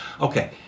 Okay